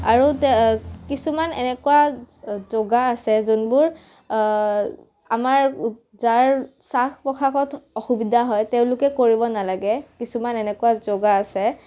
আৰু তে কিছুমান এনেকুৱা যোগা আছে যোনবোৰ আমাৰ যাৰ শ্ৱাস প্ৰশ্ৱাসত অসুবিধা হয় তেওঁলোকে কৰিব নালাগে কিছুমান এনেকুৱা যোগা আছে